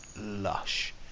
lush